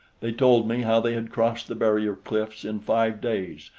they told me how they had crossed the barrier cliffs in five days,